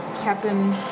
Captain